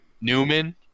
newman